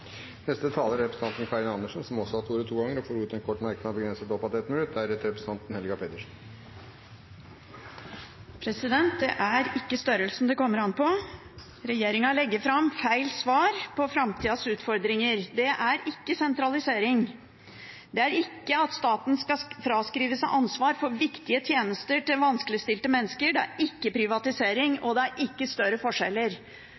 Representanten Karin Andersen har hatt ordet to ganger tidligere og får ordet til en kort merknad, begrenset til 1 minutt. Det er ikke størrelsen det kommer an på. Regjeringen legger fram feil svar på framtidas utfordringer. Det er ikke sentralisering. Det er ikke at staten skal fraskrive seg ansvar for viktige tjenester til vanskeligstilte mennesker. Det er ikke privatisering. Og det er ikke større forskjeller.